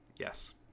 Yes